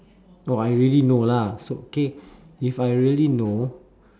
no I already know lah so K if I already know